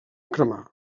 cremar